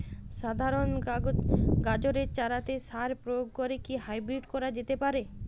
সাধারণ গাজরের চারাতে সার প্রয়োগ করে কি হাইব্রীড করা যেতে পারে?